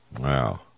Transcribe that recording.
Wow